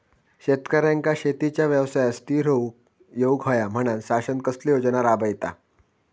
शेतकऱ्यांका शेतीच्या व्यवसायात स्थिर होवुक येऊक होया म्हणान शासन कसले योजना राबयता?